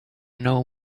know